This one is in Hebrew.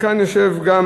וכאן יושבים גם